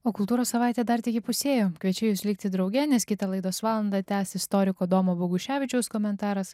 o kultūros savaitė dar tik įpusėjo kviečiu jus likti drauge nes kitą laidos valandą tęs istoriko domo boguševičiaus komentaras